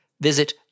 Visit